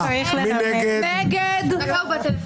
מי נגד?